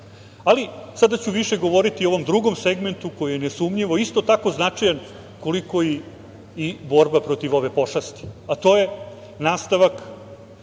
Ali, sada ću više govoriti o ovom drugom segmentu, koji je nesumnjivo isto tako značajan koliko i borba protiv ove pošasti, a to je nastavak